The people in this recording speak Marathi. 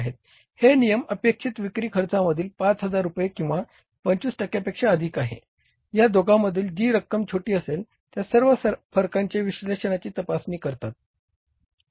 हे नियम अपेक्षित विक्री खर्चामधील 5000 रुपये किंवा 25 टक्क्यापेक्षा अधिक या दोघांमधील जी रक्कम छोटी असेल त्या सर्व फरकाचे विश्लेषणाची तपासणी करतात